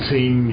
Team